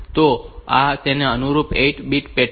તો આ તેને અનુરૂપ 8 બીટ પેટર્ન છે